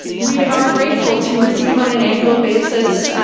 we are grateful to receive on an annual basis,